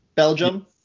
Belgium